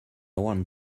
want